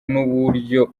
n’uburyo